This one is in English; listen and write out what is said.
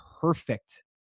perfect